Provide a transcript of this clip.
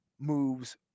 moves